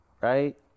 Right